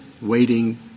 waiting